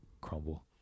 crumble